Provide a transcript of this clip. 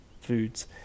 foods